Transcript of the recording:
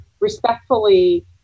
respectfully